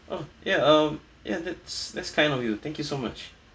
oh ya uh ya that's that's kind of you thank you so much